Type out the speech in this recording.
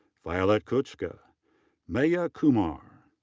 violet kuchta. maya kumar.